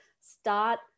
Start